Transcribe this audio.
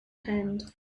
hand